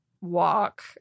Walk